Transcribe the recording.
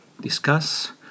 discuss